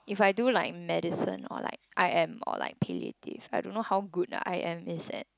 if I do like medicine or like I am or like palliative I don't know how good I am is at